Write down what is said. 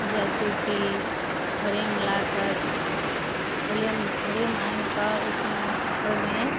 जैसेकि फ्रेम ला कर फ्रेम फ्रेम आनि कऽ ओहिमे ओहिमे